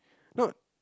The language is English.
not